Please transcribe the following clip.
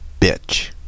bitch